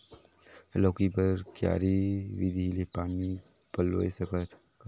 लौकी बर क्यारी विधि ले पानी पलोय सकत का?